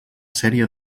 sèrie